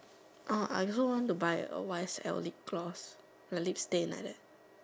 orh I also want to buy a white set of lip gloss lip stain like that